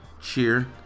cheer